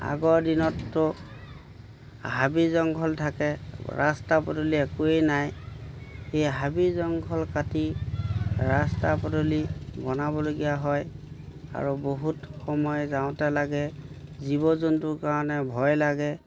আগৰ দিনততো হাবি জংঘল থাকে ৰাস্তা পদূলি একোৱেই নাই সেই হাবি জংঘল কাটি ৰাস্তা পদূলি বনাবলগীয়া হয় আৰু বহুত সময় যাওঁতে লাগে জীৱ জন্তুৰ কাৰণে ভয় লাগে